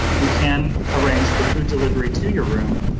we can arrange for food delivery to your room.